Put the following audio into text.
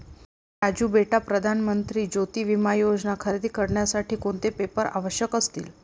राजू बेटा प्रधान मंत्री ज्योती विमा योजना खरेदी करण्यासाठी कोणते पेपर आवश्यक असतील?